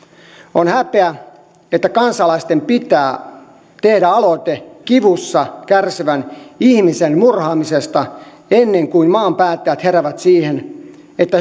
on häpeä että kansalaisten pitää tehdä aloite kivussa kärsivän ihmisen murhaamisesta ennen kuin maan päättäjät heräävät siihen että